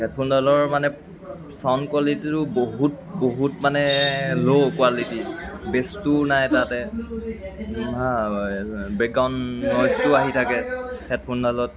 হেডফোনডালৰ মানে চাউণ কুৱালিটীটো বহুত বহুত মানে ল' কুৱালিটীৰ বেচটোও নাই তাতে বেকগ্ৰাউণ নইজটোও আহি থাকে হেডফোনডালত